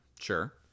Sure